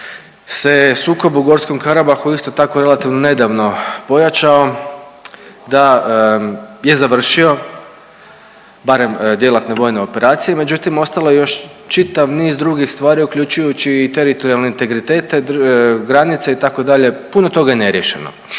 se sukob u Gorskom Karabahu isto tako relativno nedavno pojačao, da je završio, barem djelatne vojne operacije, međutim ostalo je čitav niz drugih stvari uključujući i teritorijalne integritete, granice itd., puno toga je neriješeno.